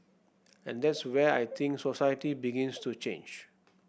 and that's where I think society begins to change